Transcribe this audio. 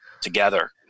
together